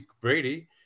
Brady